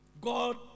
God